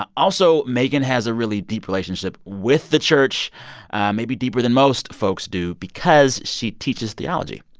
but also, megan has a really deep relationship with the church maybe deeper than most folks do because she teaches theology.